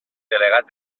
delegat